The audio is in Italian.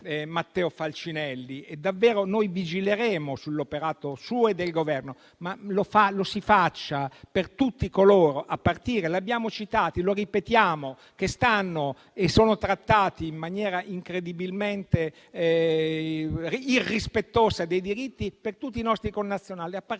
Matteo Falcinelli e davvero noi vigileremo sull'operato suo e del Governo, ma lo si faccia per tutti coloro - li abbiamo citati e lo ripetiamo - i cui diritti sono trattati in maniera incredibilmente irrispettosa, lo si faccia per tutti i nostri connazionali, a partire